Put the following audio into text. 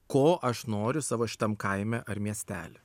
ko aš noriu savo šitam kaime ar miestely